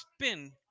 spin